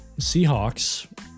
Seahawks